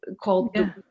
called